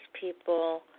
people